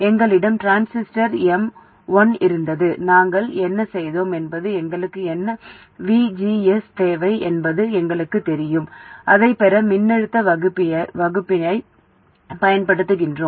எங்களிடம் transistor M 1 இருந்தது நாங்கள் என்ன செய்தோம் என்பது எங்களுக்கு என்ன விஜிஎஸ் தேவை என்பது எங்களுக்குத் தெரியும் அதைப் பெற மின்னழுத்த வகுப்பியைப் பயன்படுத்துகிறோம்